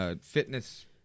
fitness